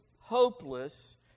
hopeless